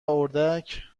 اردک